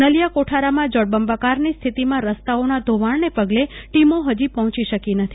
નલિયા કોઠારામાં જળબંબાકાર ની સ્થિતિમાં રસ્તા ઓના ધોવાણને પગલ ટીમો હજી પહોંચી શકી નથી